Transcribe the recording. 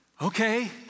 okay